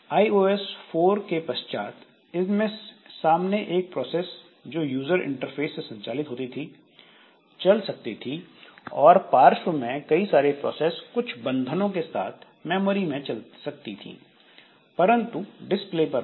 iOS 4 के पश्चात इनमें सामने एक प्रोसेस जो यूजर इंटरफेस से संचालित होती थी चल सकती थी और पार्श्व में कई सारी प्रोसेस कुछ बन्धनों के साथ मेमोरी में चल सकती थी परंतु डिस्प्ले पर नहीं